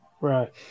Right